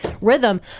rhythm